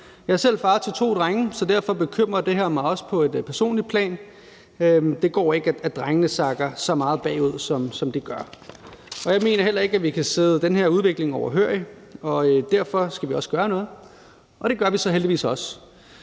Jeg er selv far til to drenge, så derfor bekymrer det her mig også på et personligt plan. Det går ikke, at drengene snakker så meget bagud, som de gør. Jeg mener heller ikke, at vi kan sidde den her udvikling overhørig, og derfor skal vi også gøre noget, og det gør vi så heldigvis også.